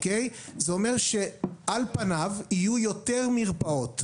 זה אומר שעל פניו יהיו יותר מרפאת.